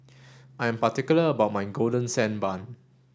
I am particular about my golden sand bun